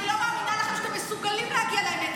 אני לא מאמינה לכם שאתם מסוגלים להגיע לאמת.